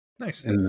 Nice